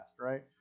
right